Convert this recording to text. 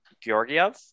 Georgiev